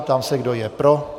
Ptám se, kdo je pro.